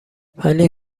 ولی